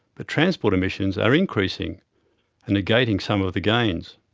but transport emissions are increasing and negating some of the gains.